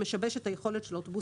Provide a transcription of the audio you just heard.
כי זה משבש את היכולת של האוטובוסים